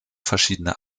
verschiedene